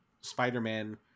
Spider-Man